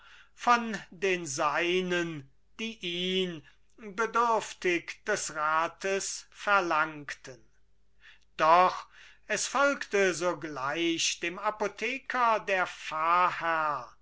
von den seinen die ihn bedürftig des rates verlangten doch es folgte sogleich dem apotheker der